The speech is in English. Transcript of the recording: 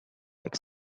like